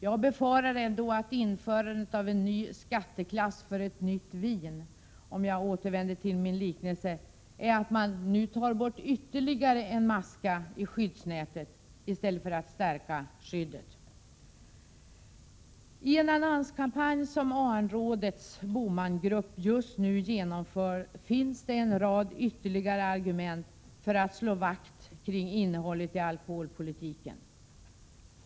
Jag befarar dock att införandet av en ny skatteklass för ett nytt vin, om jag återvänder till min liknelse, innebär att man nu tar bort ytterligare en maska i skyddsnätet i stället för att stärka skyddet. I en annonskampanj som AN-rådets BOMAN-grupp just nu genomför finns en rad ytterligare argument för att slå vakt kring innehållet i alkoholpolitiken.